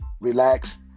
relax